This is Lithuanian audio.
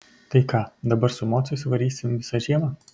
tai ką dabar su mocais varysim visą žiemą